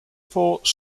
ports